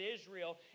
Israel